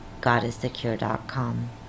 godisthecure.com